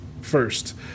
first